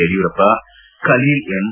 Yediyurappa Khaleel M